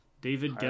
David